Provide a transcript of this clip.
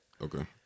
Okay